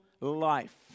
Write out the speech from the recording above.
life